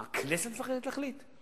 מה, הכנסת מפחדת להחליט?